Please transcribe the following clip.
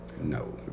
No